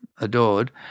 adored